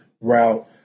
route